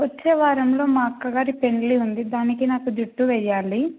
వచ్చే వారంలో మా అక్క గారి పెండ్లి ఉంది దానికి నాకు జుట్టు వేయాలి